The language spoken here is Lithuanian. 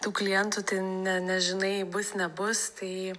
tų klientų tai ne nežinai bus nebus tai